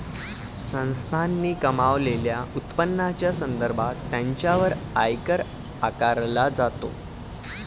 संस्थांनी कमावलेल्या उत्पन्नाच्या संदर्भात त्यांच्यावर आयकर आकारला जातो